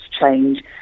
change